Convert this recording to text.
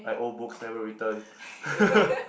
I owe books never return